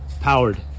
powered